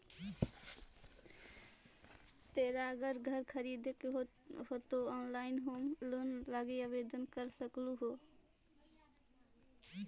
तोरा अगर घर खरीदे के हो त तु ऑनलाइन होम लोन लागी आवेदन कर सकलहुं हे